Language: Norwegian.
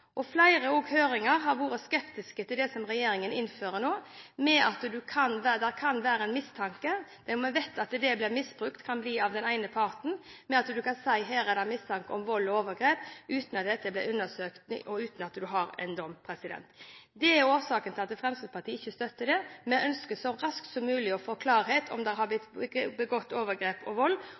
har også i høringer vært skeptiske til det som regjeringen nå innfører ved mistanke om vold eller overgrep. Vi vet at det kan bli misbrukt av den ene parten ved at en kan si at her er det mistanke om vold og overgrep – uten at dette blir undersøkt og uten at en har en dom. Det er årsaken til at Fremskrittspartiet ikke støtter det. Vi ønsker så raskt som mulig å få klarhet i om det er begått overgrep og vold,